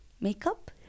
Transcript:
makeup